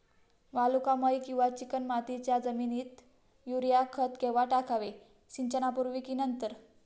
वालुकामय किंवा चिकणमातीच्या जमिनीत युरिया खत केव्हा टाकावे, सिंचनापूर्वी की नंतर?